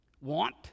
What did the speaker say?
want